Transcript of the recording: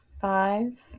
Five